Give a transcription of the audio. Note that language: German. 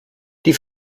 die